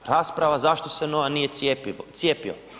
Rasprava zašto se Noa nije cijepio.